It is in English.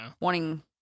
wanting